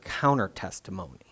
counter-testimony